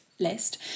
List